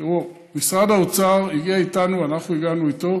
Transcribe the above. תראו, משרד האוצר הגיעו איתנו, אנחנו הגענו איתו